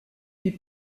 puis